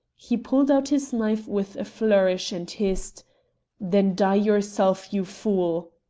he pulled out his knife with a flourish and hissed then die yourself, you fool!